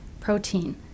protein